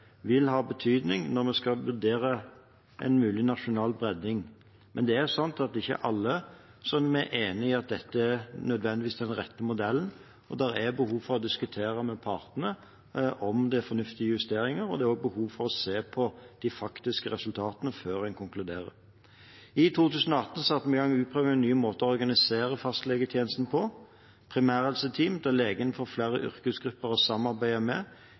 vil ha betydning når vi skal vurdere en mulig nasjonal bredding. Men ikke alle er enig i at dette nødvendigvis er den rette modellen. Det er behov for å diskutere med partene om dette er fornuftige justeringer, og det er behov for å se på de faktiske resultatene før en konkluderer. I 2018 satte vi i gang utprøving av nye måter å organisere fastlegetjenesten på, bl.a. primærhelseteam, der legen får flere yrkesgrupper å samarbeide med,